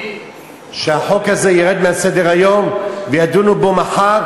שהחוק הזה ירד מסדר-היום וידונו בו מחר,